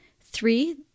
Three